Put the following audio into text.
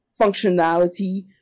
functionality